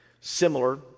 Similar